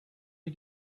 you